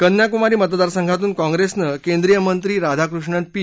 कन्याकुमारी मतदारसंघातून काँग्रेसने केंद्रीय मंत्री राधाकृष्णन पी